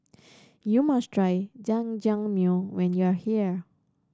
you must try Jajangmyeon when you are here